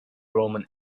roman